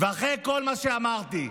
ואחרי כל מה שאמרתי,